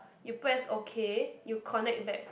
you press okay you connect back